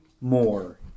more